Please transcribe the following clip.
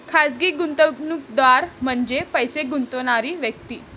खाजगी गुंतवणूकदार म्हणजे पैसे गुंतवणारी व्यक्ती